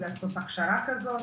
לעשות הכשרה כזאת.